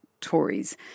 Tories